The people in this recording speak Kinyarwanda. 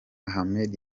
ahmed